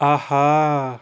اہا